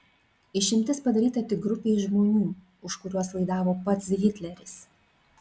išimtis padaryta tik grupei žmonių už kuriuos laidavo pats hitleris